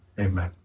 Amen